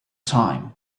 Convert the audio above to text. time